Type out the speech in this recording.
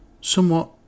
Somewhat